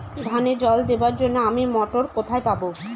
ধানে জল দেবার জন্য আমি মটর কোথায় পাবো?